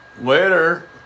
Later